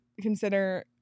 consider